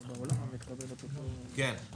כן.